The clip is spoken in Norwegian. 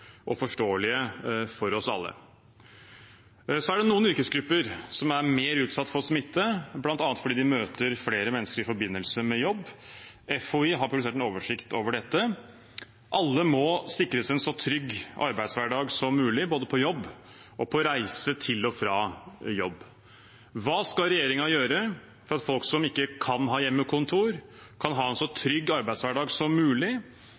og forståelige for oss alle. Så er det noen yrkesgrupper som er mer utsatt for smitte, bl.a. fordi de møter flere mennesker i forbindelse med jobb. Folkehelseinstituttet har produsert en oversikt over dette. Alle må sikres en så trygg arbeidshverdag som mulig, både på jobb og på reise til og fra jobb. Hva skal regjeringen gjøre for at folk som ikke kan ha hjemmekontor, kan ha en så trygg arbeidshverdag som mulig,